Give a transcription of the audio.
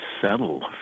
settle